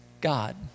God